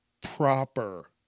proper